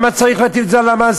למה צריך להטיל את זה על המעסיק?